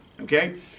okay